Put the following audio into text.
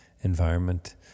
environment